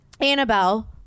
Annabelle